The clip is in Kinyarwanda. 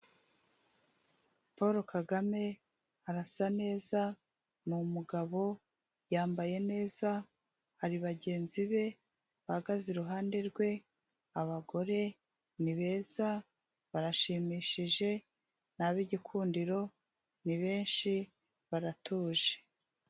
Paul KAGAME arasa neza, ni umugabo yambaye neza, hari bagenzi be bahagaze iruhande rwe, abagore ni beza barashimishije n'ab'igikundiro, ni benshi baratuje.